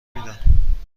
میدم